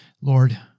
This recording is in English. Lord